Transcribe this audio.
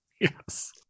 Yes